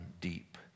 deep